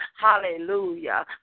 Hallelujah